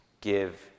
give